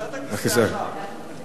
כולנו בקואליציה, בבקשה,